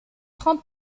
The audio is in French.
prend